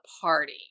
party